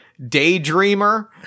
daydreamer